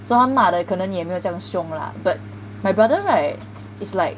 so 她骂得可能也没有这样凶 lah but my brother right is like